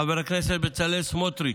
חבר הכנסת בצלאל סמוטריץ'.